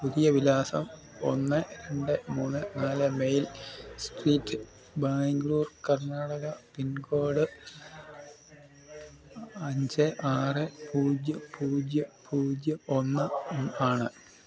പുതിയ വിലാസം ഒന്ന് രണ്ട് മൂന്ന് നാല് main street Bangalore Karnataka pincode അഞ്ച് ആറ് പൂജ്യം പൂജ്യം പൂജ്യം ഒന്ന് ആണ്